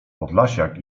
podlasiak